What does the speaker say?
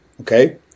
okay